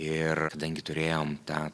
ir kadangi turėjom tą